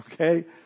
okay